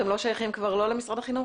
אתם כבר לא שייכים למשרד החינוך?